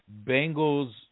Bengals